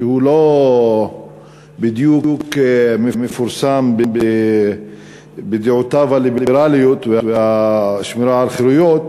שהוא לא בדיוק מפורסם בדעותיו הליברליות והשמירה על חירויות,